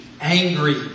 angry